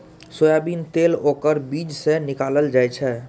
soybean तेल ओकर बीज सं निकालल जाइ छै